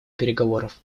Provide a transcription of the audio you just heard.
переговоров